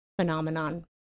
phenomenon